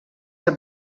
que